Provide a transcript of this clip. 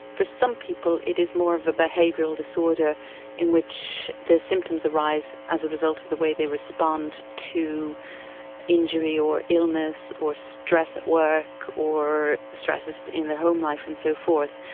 for some people it is more of a behavioural disorder in which their symptoms arise as a result of the way they respond to injury or illness or stress at work or stresses in their home life and so forth.